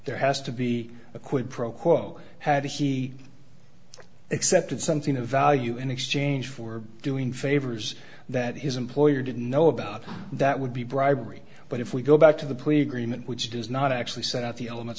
there has to be a quid pro quo had he accepted something of value in exchange for doing favors that his employer didn't know about that would be bribery but if we go back to the police agreement which does not actually set out the elements